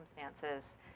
circumstances